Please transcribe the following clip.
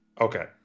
Okay